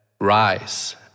rise